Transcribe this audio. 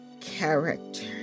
character